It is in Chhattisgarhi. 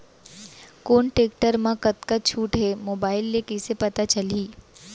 कोन टेकटर म कतका छूट हे, मोबाईल ले कइसे पता चलही?